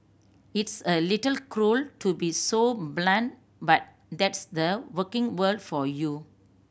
it's a little cruel to be so blunt but that's the working world for you